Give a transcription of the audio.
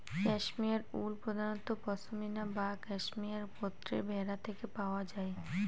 cashmere wool প্রধানত পসমিনা বা cashmere গোত্রের ভেড়া থেকে পাওয়া যায়